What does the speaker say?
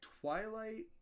Twilight